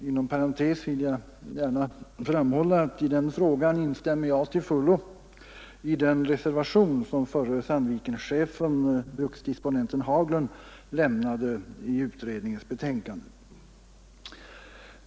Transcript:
Inom parentes vill jag gärna framhålla att i den frågan instämmer jag till fullo i den reservation som förre Sandvikenchefen, bruksdisponenten Haglund, lämnade till utredningens betänkande.